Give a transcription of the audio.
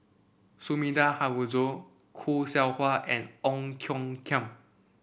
Sumida Haruzo Khoo Seow Hwa and Ong Tiong Khiam